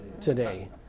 today